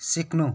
सिक्नु